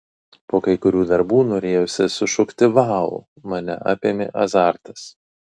po kai kurių darbų norėjosi sušukti vau mane apėmė azartas